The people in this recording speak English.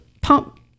pump